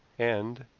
and,